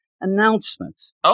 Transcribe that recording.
announcements